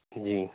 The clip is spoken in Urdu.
جی